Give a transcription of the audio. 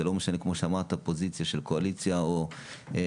בלי קשר לפוזיציה של קואליציה או אופוזיציה,